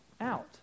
out